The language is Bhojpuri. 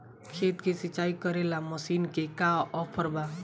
खेत के सिंचाई करेला मशीन के का ऑफर बा?